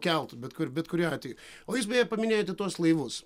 keltu bet kur bet kuriuo atveju o jūs beje paminėjote tuos laivus